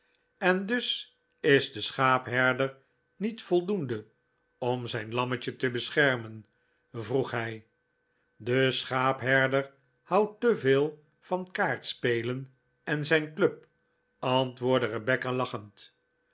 en dus is de schaapherder niet voldoende om zijn lammetje te beschermen vroeg hij de schaapherder houdt te veel van kaartspelen en zijn club antwoordde rebecca lachend